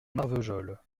marvejols